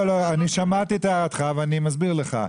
שמעתי את הערתך ואני מסביר לך.